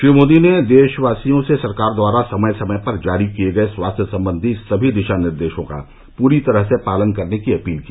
श्री मोदी ने देशवासियों से सरकार द्वारा समय समय पर जारी किए गए स्वास्थ्य संबंधी सभी दिशा निर्देशों का पूरी तरह से पालन करने की अपील की